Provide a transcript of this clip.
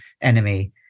enemy